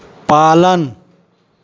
पालन